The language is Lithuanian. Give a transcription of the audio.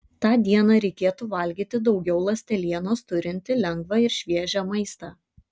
tą dieną reikėtų valgyti daugiau ląstelienos turintį lengvą ir šviežią maistą